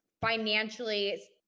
financially